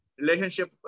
relationship